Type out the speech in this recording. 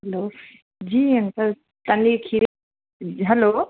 हलो ji uncle तव्हांजे खीर हलो